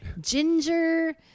ginger